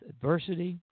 adversity